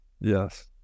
Yes